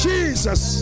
Jesus